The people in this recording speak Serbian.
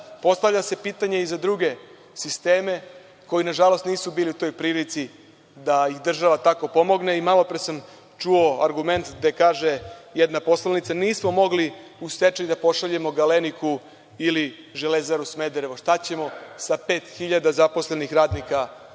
postavlja se pitanje i za druge sisteme koji nažalost nisu bili u toj prilici da ih država tako pomogne i malopre sam čuo argument gde kaže jedna poslanica – nismo mogli u stečaj da pošaljemo „Galeniku“ ili „Železaru Smederevu“. Šta ćemo sa pet hiljada zaposlenih radnika iz